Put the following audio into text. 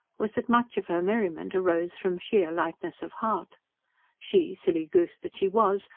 was that much of her merriment arose from sheer lightness of heart she, silly goose that she was!